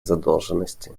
задолженности